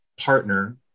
partner